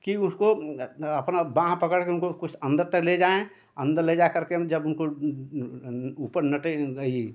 कि उसको अपनी बाँह पकड़कर उनको कुछ अन्दर तक ले जाएँ अन्दर ले जा करके हम जब उनको ऊपर रही